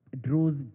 draws